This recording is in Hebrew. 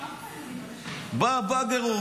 בא באגר,